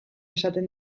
esaten